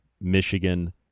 Michigan